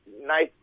nice